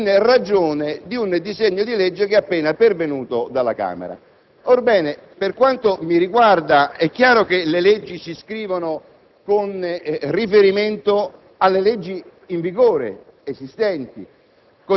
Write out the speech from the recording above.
in ragione di un disegno di legge che è appena pervenuto dalla Camera. Orbene, per quanto mi riguarda, è chiaro che le leggi si scrivono con riferimento alle leggi in vigore, così